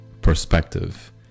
perspective